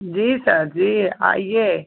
जी sir जी आइए